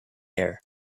air